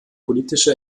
politische